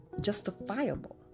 justifiable